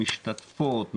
משתתפות,